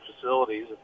facilities